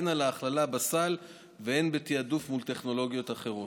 הן על ההכללה בסל והן בתעדוף מול טכנולוגיות אחרות.